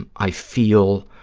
and i feel,